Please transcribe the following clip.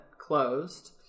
closed